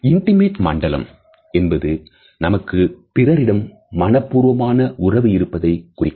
intimate மண்டலம் என்பது நமக்கு பிறரிடம் மனப்பூர்வமான உறவு இருப்பதை குறிக்கும்